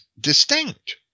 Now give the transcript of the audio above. distinct